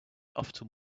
often